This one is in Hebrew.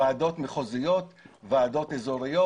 ועדות מחוזיות, ועדות אזוריות